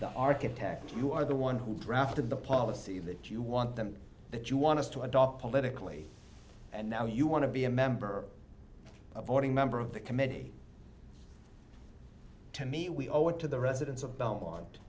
the architect you are the one who drafted the policy that you want them that you want us to adopt politically and now you want to be a member of voting member of the committee to me we owe it to the residents of belmont